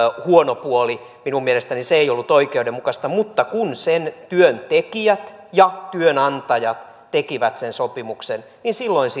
huono puoli minun mielestäni se ei ollut oikeudenmukaista mutta kun työntekijät ja työnantajat tekivät sen sopimuksen niin silloin